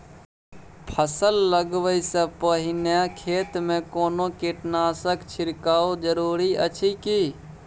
फसल लगबै से पहिने खेत मे कोनो कीटनासक छिरकाव जरूरी अछि की?